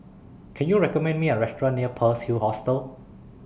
Can YOU recommend Me A Restaurant near Pearl's Hill Hostel